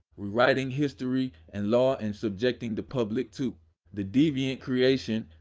rewriting history and law and subjecting the public to the deviant creation,